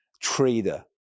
trader